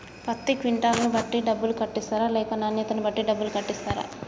పత్తి క్వింటాల్ ను బట్టి డబ్బులు కట్టిస్తరా లేక నాణ్యతను బట్టి డబ్బులు కట్టిస్తారా?